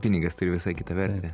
pinigas tai visai kita vertė